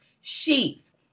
sheets